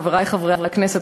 חברי חברי הכנסת,